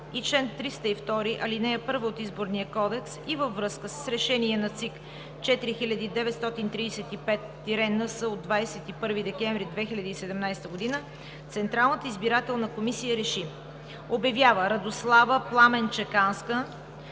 чл. 302, ал. 1 от Изборния кодекс и във връзка с Решение № 4935–НС на ЦИК от 21 декември 2017 г. Централната избирателна комисия РЕШИ: Обявява Радослава Пламен Чеканска